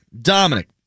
Dominic